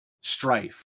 strife